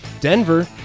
Denver